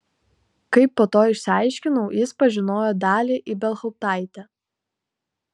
kaip po to išsiaiškinau jis pažinojo dalią ibelhauptaitę